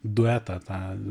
duetą tą